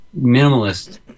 minimalist